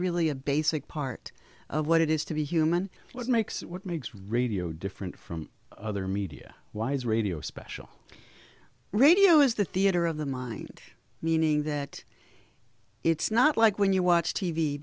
really a basic part of what it is to be human what makes what makes radio different from other media why is radio special radio is the theatre of the mind meaning that it's not like when you watch t